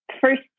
First